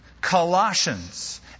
Colossians